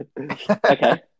Okay